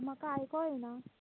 म्हाका आयको येना